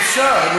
חברים, אי-אפשר.